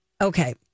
okay